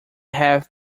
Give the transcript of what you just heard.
have